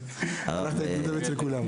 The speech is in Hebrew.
הלכת להתנדב אצל כולם.